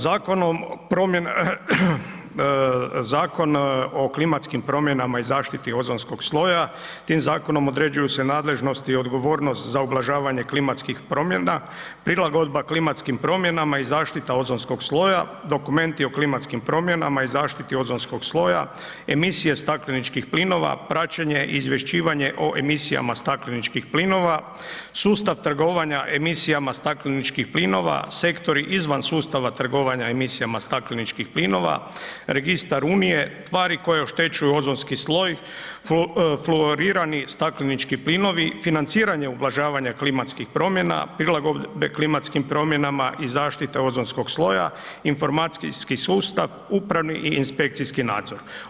Zakon o klimatskim promjenama i zaštiti ozonskog sloja, tim zakonom određuju se nadležnosti i odgovornost za ublažavanje klimatskih promjena, prilagodba klimatskim promjenama i zaštita ozonskog sloja, dokumenti o klimatskim promjenama i zaštiti ozonskog sloja, emisije stakleničkih plinova, praćenje i izvješćivanje o emisijama stakleničkih plinova, sustav trgovanja emisijama stakleničkih plinova, sektori izvan sustava trgovanja emisijama stakleničkih plinova, registar Unije, tvari koje oštećuju ozonski sloj, florirani staklenički plinovi, financiranje ublažavanja klimatskih promjena, prilagodbe klimatskim promjenama i zaštita ozonskog sloja, informacijski sustav, upravni i inspekcijski nadzor.